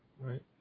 right